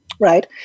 Right